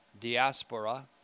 diaspora